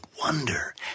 wonder